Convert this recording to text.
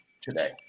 today